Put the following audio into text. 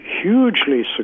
hugely